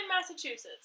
Massachusetts